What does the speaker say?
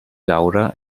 laura